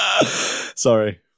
Sorry